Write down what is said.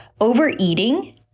Overeating